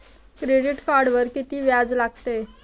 Credit कार्डवर किती व्याज लागते?